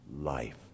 life